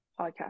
podcast